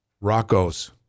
Rocco's